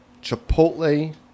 chipotle